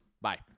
Bye